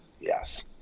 Yes